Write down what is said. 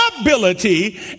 ability